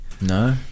No